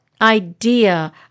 idea